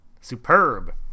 Superb